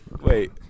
Wait